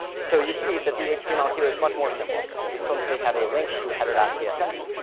so you see that the html here is much more simple. we simply have a link to header css,